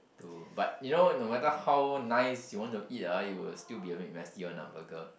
to but you know not matter how nice you wanna eat ah it will still be a bit messy [one] ah burger